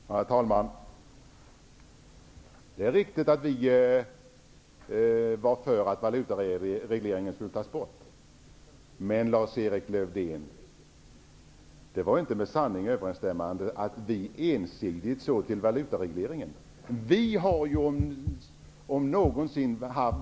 Herr talman! Det är riktigt att vi var för att valutaregleringen skulle avskaffas. Men det är inte, Lars-Erik Lövdén, med sanningen överensstämmande att vi ensidigt såg till att få bort valutaregleringen.